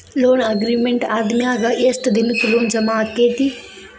Loan agreement ಆದಮ್ಯಾಗ ಯೆಷ್ಟ್ ದಿನಕ್ಕ ಲೊನ್ ಜಮಾ ಆಕ್ಕೇತಿ?